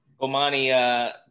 Omani